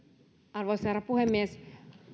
arvoisa herra puhemies